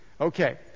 Okay